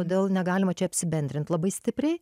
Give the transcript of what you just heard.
todėl negalima čia apsibendrint labai stipriai